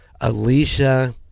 Alicia